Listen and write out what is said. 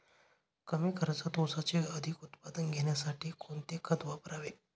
कमी खर्चात ऊसाचे अधिक उत्पादन घेण्यासाठी कोणते खत वापरावे?